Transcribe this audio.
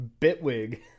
Bitwig